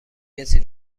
کسی